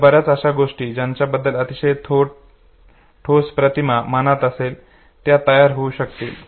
तर बर्याच अशा गोष्टी ज्यांच्याबद्दल अतिशय ठोस प्रतिमा मनात असेल ज्या तयार होऊ शकतील